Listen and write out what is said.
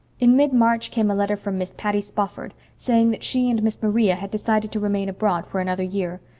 in mid-march came a letter from miss patty spofford, saying that she and miss maria had decided to remain abroad for another year.